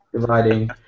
dividing